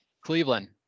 Cleveland